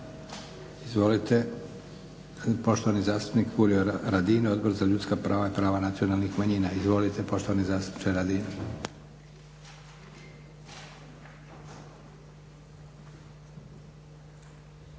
Izvolite poštovani zastupnik Furio Radin, Odbor za ljudska prava i prava nacionalnih manjina. Izvolite poštovani zastupniče Radin.